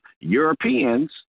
Europeans